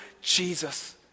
Jesus